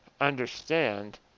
understand